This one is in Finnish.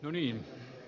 yli